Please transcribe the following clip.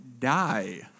die